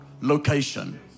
location